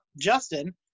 Justin